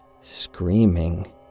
screaming